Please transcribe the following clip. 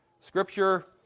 scripture